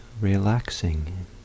relaxing